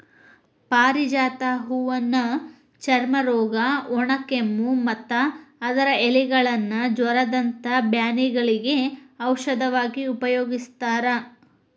ಪಾರಿಜಾತ ಹೂವನ್ನ ಚರ್ಮರೋಗ, ಒಣಕೆಮ್ಮು, ಮತ್ತ ಅದರ ಎಲೆಗಳನ್ನ ಜ್ವರದಂತ ಬ್ಯಾನಿಗಳಿಗೆ ಔಷಧವಾಗಿ ಉಪಯೋಗಸ್ತಾರ